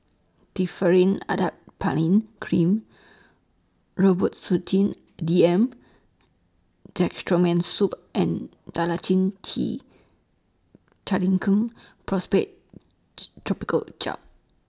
Differin Adapalene Cream Robitussin D M Dextromethorphan Syrup and Dalacin T Clindamycin Phosphate Topical Gel